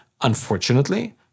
Unfortunately